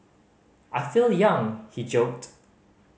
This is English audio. I feel young he joked